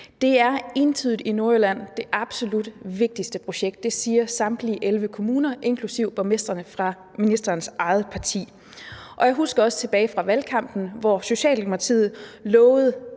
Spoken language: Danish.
Det er entydigt i Nordjylland det absolut vigtigste projekt. Det siger samtlige 11 kommuner, inklusive borgmestrene fra ministerens eget parti. Jeg husker også tilbage fra valgkampen, hvor Socialdemokratiet lovede